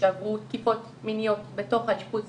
שעברו תקיפות מיניות בתוך האשפוז